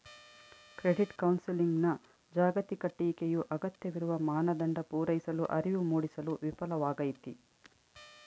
credit ಕೌನ್ಸೆಲಿಂಗ್ನ ಜಾಗತಿಕ ಟೀಕೆಯು ಅಗತ್ಯವಿರುವ ಮಾನದಂಡ ಪೂರೈಸಲು ಅರಿವು ಮೂಡಿಸಲು ವಿಫಲವಾಗೈತಿ